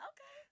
Okay